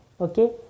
okay